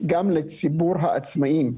גם לציבור העצמאים.